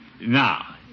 Now